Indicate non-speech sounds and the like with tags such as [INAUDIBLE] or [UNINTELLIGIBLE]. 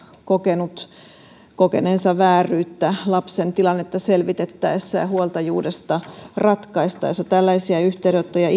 kokenut vääryyttä lapsen tilannetta selvitettäessä ja huoltajuudesta ratkaistaessa tällaisia yhteydenottoja [UNINTELLIGIBLE]